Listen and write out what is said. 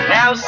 Now